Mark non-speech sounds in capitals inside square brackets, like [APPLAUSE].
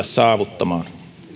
[UNINTELLIGIBLE] saavuttamaan